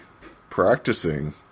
Practicing